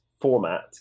format